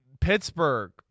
Pittsburgh